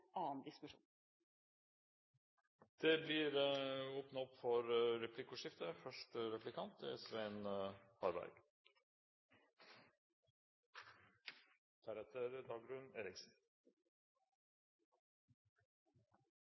annen diskusjon. Det blir åpnet opp for replikkordskifte. Statsråden slår fast at det er